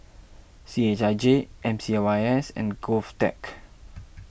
C H I J M C Y S and Govtech